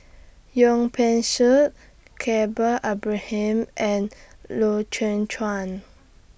Wong Peng Soon Yaacob Ibrahim and Loy Chye Chuan